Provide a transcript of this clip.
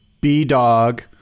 B-Dog